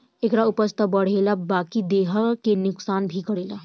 एकरा उपज त बढ़ेला बकिर देह के नुकसान भी करेला